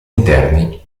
interni